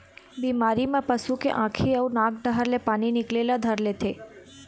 बिमारी म पशु के आँखी अउ नाक डहर ले पानी निकले ल धर लेथे